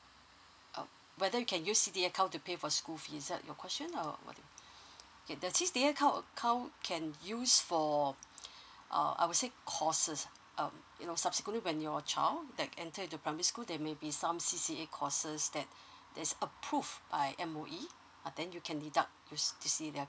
oh whether you can use C_D_A account to pay for school fee is that your question or what do you okay the C_D_A account can use for uh I would say courses um you know subsequently when your child like enter into primary school there may be some C_C_A courses that that is approved by M_O_E then you can deduct your C_D_A then